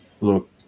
look